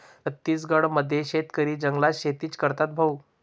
छत्तीसगड मध्ये शेतकरी जंगलात शेतीच करतात भाऊ